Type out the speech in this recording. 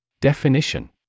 Definition